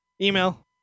Email